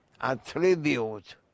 attribute